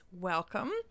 welcome